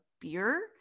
beer